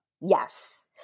Yes